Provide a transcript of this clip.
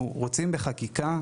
אנחנו רוצים בחקיקה,